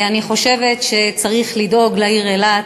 אני חושבת שצריך לדאוג לעיר אילת,